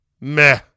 Meh